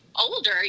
older